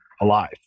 alive